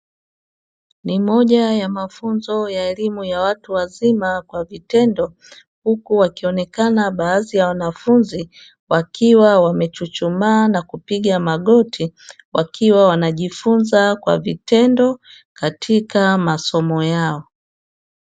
Ni moja ya mafunzo ya elimu ya watu wazima kwa vitendo, huku wakionekana baadhi ya wanafunzi, wakiwa wamechuchumaa na kupiga magoti, wakiwa wanajifunza kwa vitendo katika masomo yao.